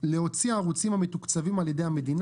"להוציא הערוצים המתוקצבים על ידי המדינה